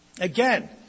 Again